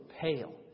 pale